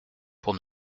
pour